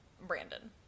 Brandon